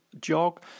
jog